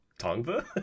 Tongva